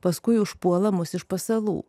paskui užpuola mus iš pasalų